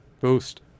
boost